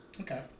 Okay